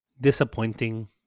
disappointing